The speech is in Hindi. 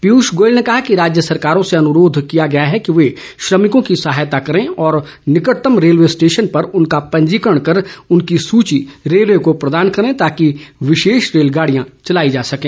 पीयूष गोयल ने कहा कि राज्य सरकारों से अनुरोध किया गया है कि वे श्रमिकों की सहायता करें और निकटतम रेलवे स्टेशन पर उनका पंजीकरण कर उनकी सूची रेलवे को प्रदान करें ताकि विशेष रेलगाड़ियां चलाई जा सकें